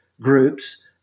groups